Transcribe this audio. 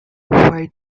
why